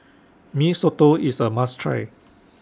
Mee Soto IS A must Try